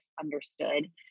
understood